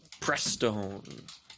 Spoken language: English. Prestone